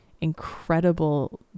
incredible